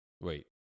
Wait